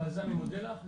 ועל זה אני מודה לך,